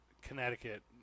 Connecticut